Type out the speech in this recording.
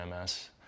MS